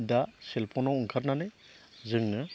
दा सेलफननाव ओंखारनानै जोंनो